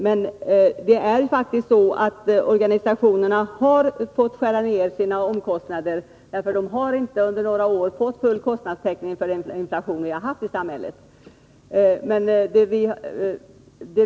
Men det är faktiskt så att organisationerna har fått skära ner sina omkostnader. De har under några år inte fått full kostnadstäckning för den inflation vi har haft i samhället.